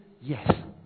yes